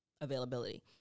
availability